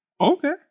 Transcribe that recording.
Okay